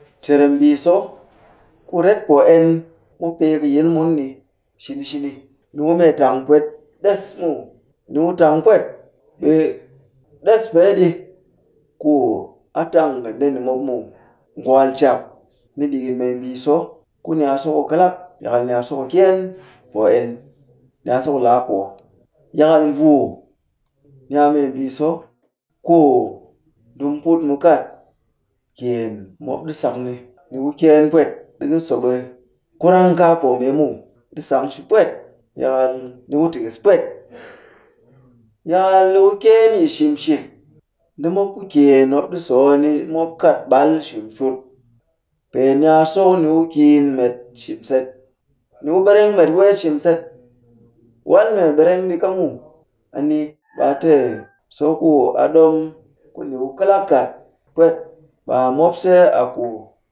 Cirem mbii so ku re poo en mop pee kɨ yil mun ni shini shini. Niku mee tang pwet ɗess muw. Niku tang pwet. Ɓe ɗess pee ɗi ku a tang kɨ ndeni mop muw. Ngwakal cak, ni ɗikin mee mbii so ku ni a so ku kɨlak, yakal ni a so ku kyeen poo en. Ni a so ku laapoo. Yakal mvuu, ni a mee mbii so ku ndi mu put mu kat kyeen, mop ɗi sak ni. Ni ku kyeen pwet, ɗika so ɓe kurang kaa poomee muw, ɗi sang shi pwet. Yakal ni ku tikis pwet. Yakal ni ku kyeen yi shimshik. Ndi mop ku kyeen mop ɗi so a ni mop kat ɓal shimshut. Pee ni a so ku ni ku kiin met shimset. Ni ku ɓereng met weet shimset; wal mee ɓereng ɗika muw. A ni ɓe a te so ku a ɗom ku ni ku kɨlak kat pwet ɓe a mop se a ku